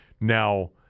Now